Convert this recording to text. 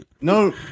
No